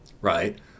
right